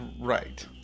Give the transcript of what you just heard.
Right